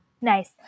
Nice